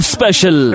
Special